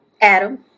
Adam